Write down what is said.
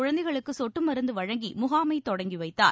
குழந்தைகளுக்கு சொட்டு மருந்து வழங்கி முகாமைத் தொடங்கி வைத்தார்